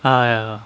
!aiya!